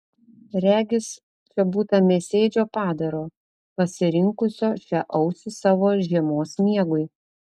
regis čia būta mėsėdžio padaro pasirinkusio šią ausį savo žiemos miegui